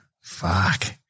Fuck